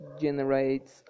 generates